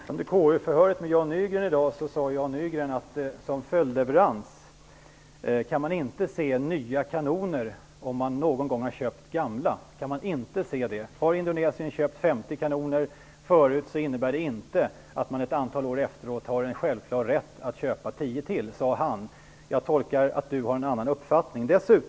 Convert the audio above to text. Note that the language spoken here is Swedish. Fru talman! Under KU-förhöret med Jan Nygren i dag sade han att man inte kan se nya kanoner som följdleverans till gamla kanoner som man någon gång har köpt. Har Indonesien köpt 50 kanoner förut så innebär det inte att man ett antal år efteråt har en självklar rätt att köpa tio till, sade Jan Nygren. Jag gör tolkningen att Leif Pagrotsky har en annan uppfattning.